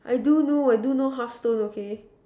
I do know I do know hearthstone okay